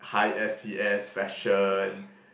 high S_E_S fashion